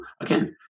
again